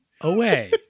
away